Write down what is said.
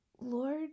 Lord